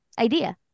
idea